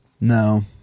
No